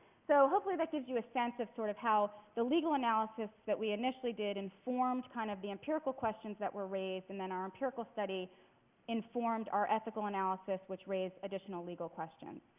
so hopefully that gives you a sense of sort of how the legal analysis that we initially did informed kind of the empirical questions that were raised and then our empirical study informed our ethical analysis which raised additional legal questions.